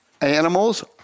animals